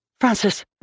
Francis